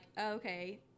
okay